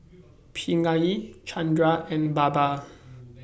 Pingali Chanda and Baba